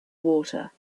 water